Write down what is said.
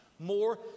more